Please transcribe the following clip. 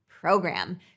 program